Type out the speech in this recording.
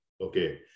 okay